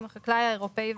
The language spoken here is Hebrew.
אין בעיה.